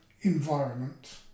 environment